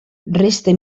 resta